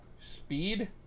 Speed